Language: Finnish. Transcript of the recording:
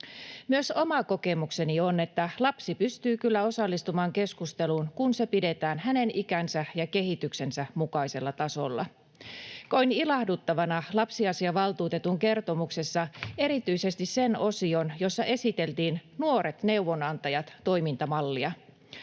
Myös oma kokemukseni on, että lapsi pystyy kyllä osallistumaan keskusteluun, kun se pidetään hänen ikänsä ja kehityksensä mukaisella tasolla. Koin ilahduttavana lapsiasiavaltuutetun kertomuksessa erityisesti sen osion, jossa esiteltiin Nuoret neuvonantajat ‑toimintamallia.